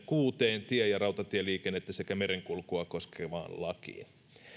kuuteen tie ja rautatieliikennettä sekä merenkulkua koskevaan lakiin